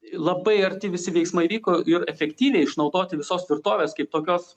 labai arti visi veiksmai vyko ir efektyviai išnaudoti visos tvirtovės kaip tokios